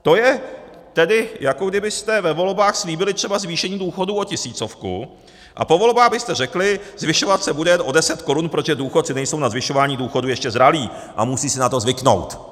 To je tedy, jako kdybyste ve volbách slíbili třeba zvýšení důchodů o tisícovku a po volbách byste řekli: zvyšovat se bude jen o 10 korun, protože důchodci nejsou na zvyšování důchodů ještě zralí a musí si na to zvyknout.